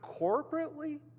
corporately